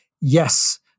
yes